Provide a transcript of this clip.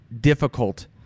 difficult